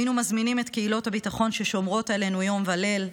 היינו מזמינים את קהילות הביטחון ששומרות עלינו יום וליל,